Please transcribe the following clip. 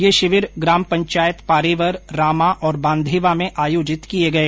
ये शिविर ग्राम पंचायत पारेवर रामा और बांधेवा में आयोजित किए गए